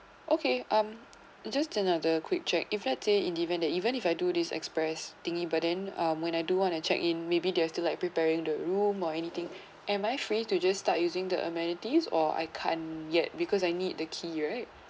okay um just another quick check if let's say in event that even if I do this express thing but then um when I do want to check in maybe they are still like preparing the room or anything am I free to just start using the amenities or I can't yet because I need the key right